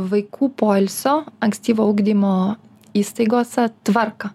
vaikų poilsio ankstyvo ugdymo įstaigose tvarką